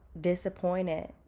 Disappointed